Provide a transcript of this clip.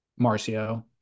Marcio